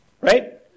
Right